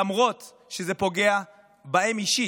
למרות שזה פוגע בהם אישית,